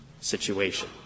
situation